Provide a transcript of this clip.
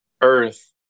earth